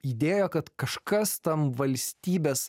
idėja kad kažkas tam valstybės